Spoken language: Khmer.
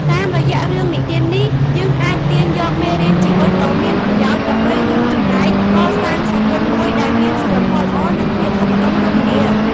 តាមរយៈរឿងនិទាននេះ យើងអាចទាញយកមេរៀនជីវិតដ៏មានប្រយោជន៍ដើម្បីរួមចំណែកកសាងសង្គមមួយដែលមានសីលធម៌ល្អ និងភាពសុខដុមរមនា។